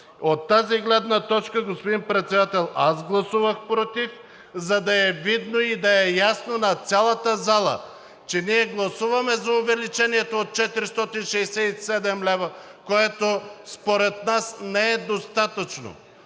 От тази гледна точка, господин Председател, аз гласувах против, за да е видно и да е ясно на цялата зала, че ние гласуваме за увеличението от 467 лв., което според нас не е достатъчно.